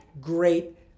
great